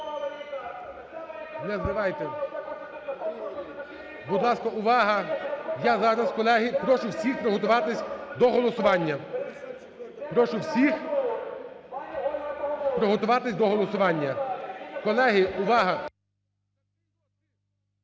у залі) Будь ласка, увага! Я зараз, колеги, прошу всіх приготуватись до голосування. Прошу всіх приготуватись до голосування. Колеги, увага.